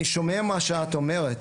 אני שומע מה שאת אומרת,